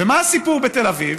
ומה הסיפור בתל אביב?